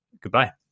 Goodbye